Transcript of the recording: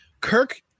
Kirk